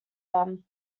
them